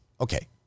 Okay